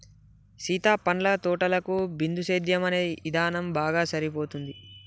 సీత పండ్ల తోటలకు బిందుసేద్యం అనే ఇధానం బాగా సరిపోతుంది